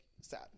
sad